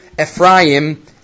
Ephraim